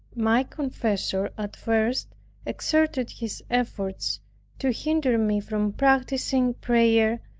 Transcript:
my confessor at first exerted his efforts to hinder me from practicing prayer,